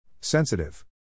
Sensitive